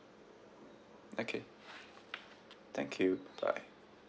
okay thank you bye